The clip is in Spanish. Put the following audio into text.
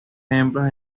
ejemplos